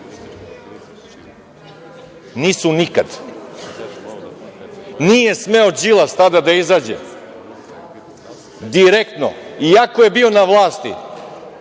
Nisu nikada. Nije smeo Đilas tada da izađe direktno, iako je bio na vlasti,